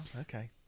okay